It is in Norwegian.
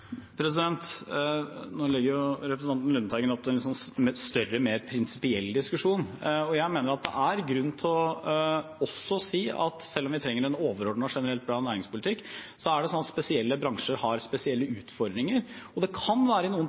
Nå legger representanten Lundteigen opp til en større og mer prinsipiell diskusjon. Jeg mener at det er grunn til å si at selv om vi trenger en overordnet generelt bra næringspolitikk, har spesielle bransjer spesielle utfordringer. Det kan i noen tilfeller være riktig å lage egne løsninger for dem. Det